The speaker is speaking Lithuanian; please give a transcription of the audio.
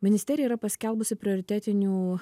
ministerija yra paskelbusi prioritetinių